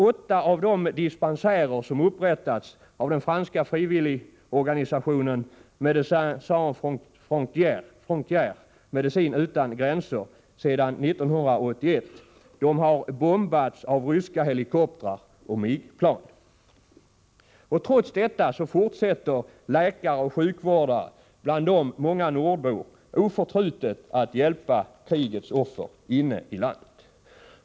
Åtta av de dispensärer som upprättats av den franska frivilligorganisationen Médicine sans Frontigre — medicin utan gräns — sedan 1981 har bombats av ryska helikoptrar och MiG-plan. Trots detta fortsätter läkare och sjukvårdare, bland dem flera nordbor, oförtrutet att hjälpa krigets offer inne i landet.